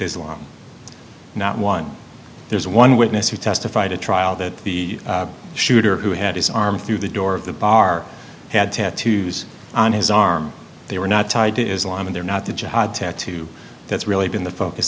islam not one there's one witness who testified at trial that the shooter who had his arm through the door of the bar had tattoos on his arm they were not tied to islamic they're not the jihad tattoo that's really been the focus